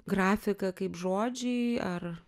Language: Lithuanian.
grafika kaip žodžiai ar